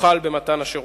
הוחל במתן שירות.